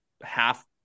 half